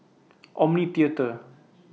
Omni Theatre